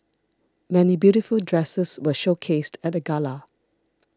many beautiful dresses were showcased at the gala